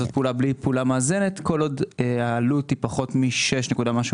פעולה בלי פעולה מאזנת כל עוד העלות היא פחות מ-6 נקודה משהו